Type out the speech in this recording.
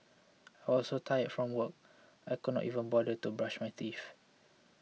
I was so tired from work I could not even bother to brush my teeth